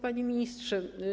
Panie Ministrze!